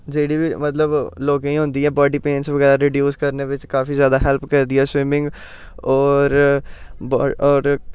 जेह्ड़ी बी मतलब लोकें गी होंदी ऐ बाडी पेन्स बगैरा रडिऊज करने बिच्च काफी जादा हैल्प करदी ऐ स्विमिंग होर